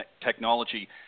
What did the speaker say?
technology